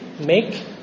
make